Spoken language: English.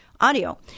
audio